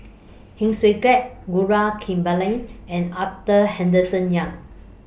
Heng Swee Keat Gaurav Kripalani and Arthur Henderson Young